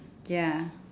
ya